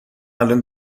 الان